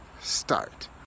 start